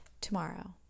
tomorrow